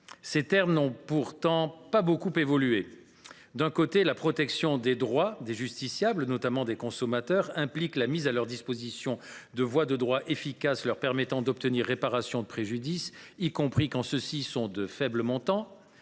ses termes n’ont pas beaucoup évolué : d’un côté, la protection des droits des justiciables, notamment des consommateurs, implique la mise à leur disposition de voies de droit efficaces leur permettant d’obtenir réparation de préjudices, y compris quand ceux ci sont d’un faible montant